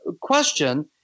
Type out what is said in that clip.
question